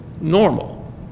normal